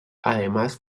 además